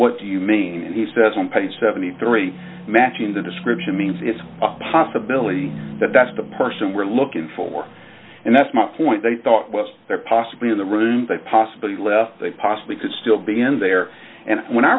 do you mean and he says on page seventy three matching the description means it's a possibility that that's the person we're looking for and that's my point they thought was there possibly in the room but possibly left they possibly could still be in there and when i